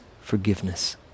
forgiveness